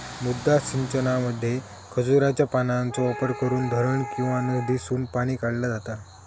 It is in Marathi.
मुद्दा सिंचनामध्ये खजुराच्या पानांचो वापर करून धरण किंवा नदीसून पाणी काढला जाता